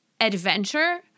adventure